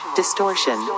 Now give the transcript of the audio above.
distortion